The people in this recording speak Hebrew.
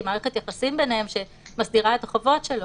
מערכת יחסים ביניהם שמסדירה את החובות שלו,